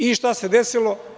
I, šta se desilo?